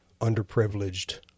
underprivileged